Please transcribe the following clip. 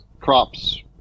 crops